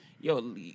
yo